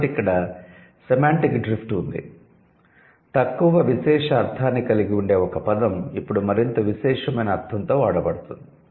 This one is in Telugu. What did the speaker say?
కాబట్టి ఇక్కడ 'సెమాంటిక్ డ్రిఫ్ట్' ఉంది తక్కువ విశేష అర్ధాన్ని కలిగి ఉండే ఒక పదం ఇప్పుడు మరింత విశేషమైన అర్ధంతో వాడబడుతుంది